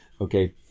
okay